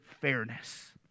fairness